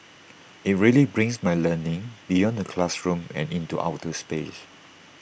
IT really brings my learning beyond the classroom and into outer space